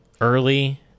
early